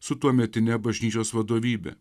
su tuometine bažnyčios vadovybe